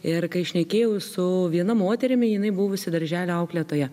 ir kai šnekėjau su viena moterimi jinai buvusi darželio auklėtoja